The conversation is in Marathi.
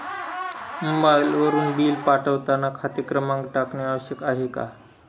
मोबाईलवरून बिल पाठवताना खाते क्रमांक टाकणे आवश्यक आहे का?